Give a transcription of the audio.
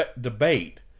debate